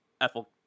Ethel